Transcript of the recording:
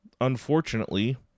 unfortunately